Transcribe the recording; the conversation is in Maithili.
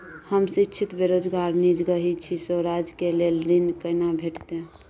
हम शिक्षित बेरोजगार निजगही छी, स्वरोजगार के लेल ऋण केना भेटतै?